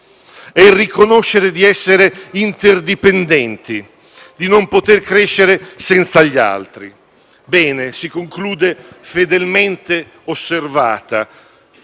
e riconoscere di essere interdipendenti, di non poter crescere senza gli altri. Bene, si conclude fedelmente osservata